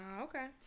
okay